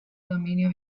dominio